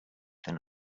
than